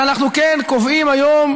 אבל אנחנו כן קובעים היום